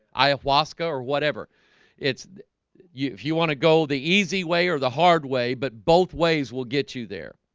ayahuasca or whatever it's you if you want to go the easy way or the hard way, but both ways will get you there.